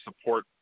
support